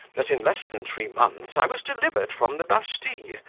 that in less than three months i was delivered from the bastille,